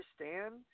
understand